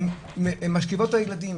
הן משכיבות את הילדים,